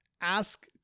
ask